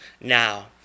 now